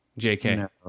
JK